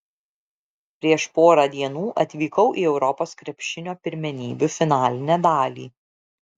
prieš porą dienų atvykau į europos krepšinio pirmenybių finalinę dalį